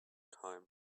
time